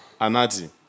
Anadi